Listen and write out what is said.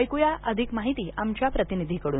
ऐकुया अधिक माहिती आमच्या प्रतिनिधीकडून